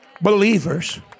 believers